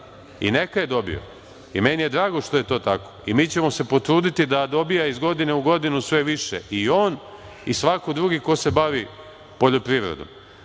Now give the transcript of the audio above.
i neka je dobio, i meni je drago što je dobio. Mi ćemo se potruditi da dobije iz godine u godinu sve više i on i svako drugi ko se bavi poljoprivredom. Nešto